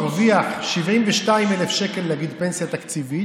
אם הוא מרוויח 72,000 שקל, נגיד, פנסיה תקציבית,